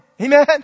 Amen